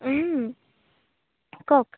কওক